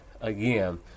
again